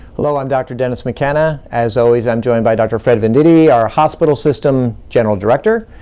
hello, i'm dr. dennis mckenna. as always, i'm joined by dr. fred venditti, our hospital system general director,